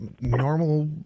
normal